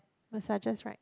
massages right